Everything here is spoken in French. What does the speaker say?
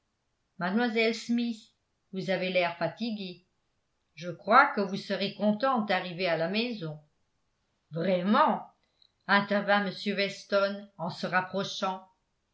mademoiselle smith vous avez l'air fatigué je crois que vous serez contente d'arriver à la maison vraiment intervint m weston en se rapprochant